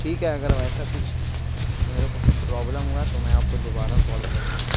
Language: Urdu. ٹھیک ہے اگر ویسا کچھ میرے کو کچھ پرابلم ہوگا تو میں آپ کو دوبارہ کال کروں گا